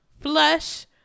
flush